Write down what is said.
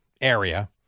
area